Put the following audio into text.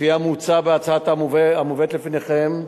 לפי המוצע בהצעה המובאת בפניכם,